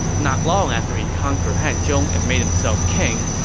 not long after he conquered hanzhong and made himself king,